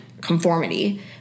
conformity